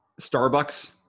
Starbucks